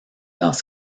dans